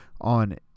on